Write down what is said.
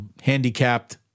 handicapped